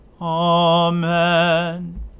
Amen